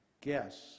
guess